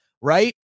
right